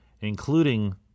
including